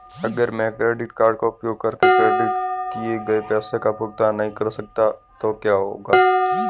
अगर मैं credit card का उपयोग करके क्रेडिट किए गए पैसे का भुगतान नहीं कर सकता तो क्या होगा?